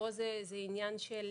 פה זה עניין של